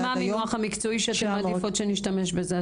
מה המינוח המקצועי שאתן מעדיפות שנשתמש בו?